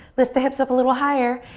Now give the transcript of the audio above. lift the hips up a little higher.